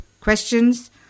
questions